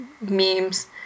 memes